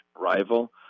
rival